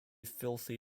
filthy